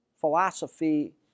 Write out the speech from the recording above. philosophy